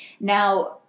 Now